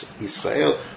Israel